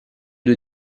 due